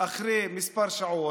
אחרי כמה שעות,